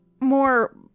more